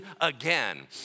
again